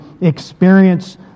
Experience